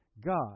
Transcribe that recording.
God